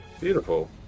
Beautiful